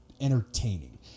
entertaining